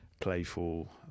playful